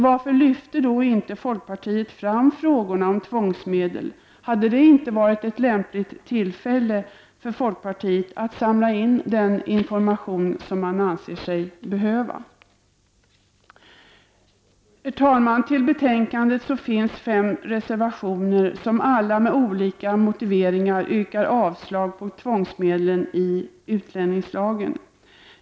Varför ställde folkpartisterna då inte frågorna om tvångsmedel? Hade det inte varit ett lämpligt tillfälle för folkpartiet att samla in den information som man anser sig behöva? Herr talman! Till betänkandet har fem reservationer fogats. I alla dessa reservationer yrkas, med olika motiveringar, avslag på tvångsmedlen i utlänningslagen.